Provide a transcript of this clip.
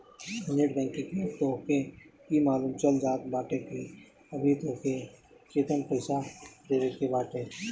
net banking से तोहके इ मालूम चल जात बाटे की अबही तोहके केतना पईसा देवे के बाटे